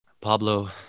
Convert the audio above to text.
Pablo